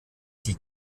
die